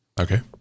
Okay